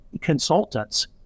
consultants